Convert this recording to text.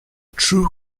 true